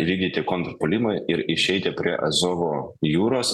įvykdyti kontrpuolimą ir išeiti prie azovo jūros